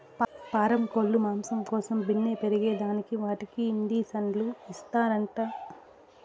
పారం కోల్లు మాంసం కోసం బిన్నే పెరగేదానికి వాటికి ఇండీసన్లు ఇస్తారంట